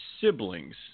siblings